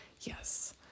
Yes